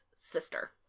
sister